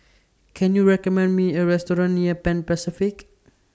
Can YOU recommend Me A Restaurant near Pan Pacific